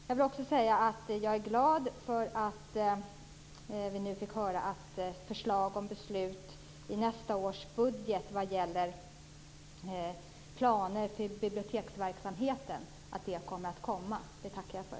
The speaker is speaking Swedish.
Jag är glad över vad vi nyss fick höra, nämligen att förslag till beslut kommer vad gäller nästa års budget och planerna för biblioteksverksamheten. Det tackar jag för.